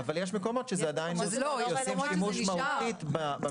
אבל יש מקומות שבהם זה עדיין מופיע כי עושים שימוש מהותי במבחן.